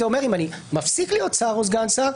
אומר שאם אני מפסיק להיות שר או סגן שר,